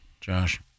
Josh